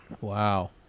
Wow